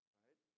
right